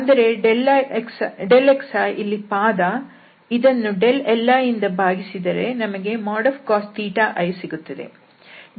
ಅಂದರೆ xi ಇಲ್ಲಿ ಪಾದ ಇದನ್ನು li ದಿಂದ ಭಾಗಿಸಿದರೆ ನಮಗೆ |cos i| ಸಿಗುತ್ತದೆ